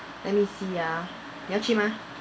let me see ah 你要去 mah